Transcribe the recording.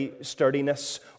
sturdiness